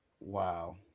Wow